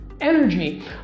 energy